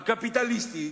הקפיטליסטית,